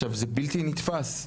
עכשיו, זה בלתי נתפס.